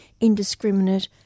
indiscriminate